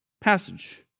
passage